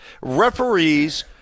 Referees